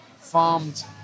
farmed